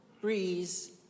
Breeze